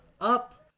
up